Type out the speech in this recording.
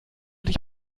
dich